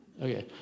Okay